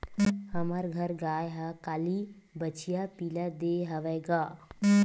हमर घर गाय ह काली बछिया पिला दे हवय गा